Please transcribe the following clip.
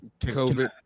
COVID